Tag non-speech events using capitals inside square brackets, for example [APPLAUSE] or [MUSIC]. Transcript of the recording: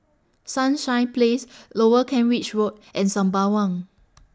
Sunshine Place [NOISE] Lower Kent Ridge Road and Sembawang